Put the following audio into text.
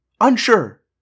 unsure